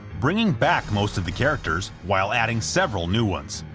bringing back most of the characters, while adding several new ones.